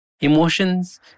Emotions